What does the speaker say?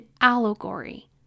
allegory